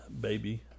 baby